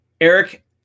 Eric